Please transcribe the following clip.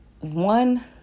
one